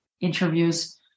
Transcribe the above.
interviews